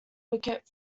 wicket